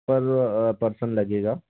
पर पर्सन लगेगा